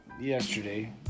yesterday